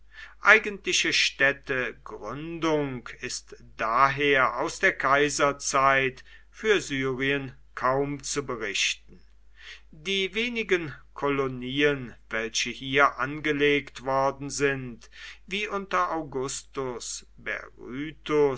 eigentliche städtegründung ist daher aus der kaiserzeit für syrien kaum zu berichten die wenigen kolonien welche hier angelegt worden sind wie unter augustus